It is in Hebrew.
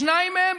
שניים מהם